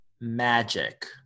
magic